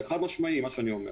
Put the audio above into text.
זה חד-משמעי מה שאני אומר